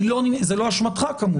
זו לא אשמתך כמובן.